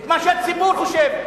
את מה שהציבור חושב,